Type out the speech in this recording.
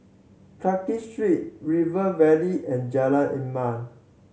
Clarke Street River Valley and Jalan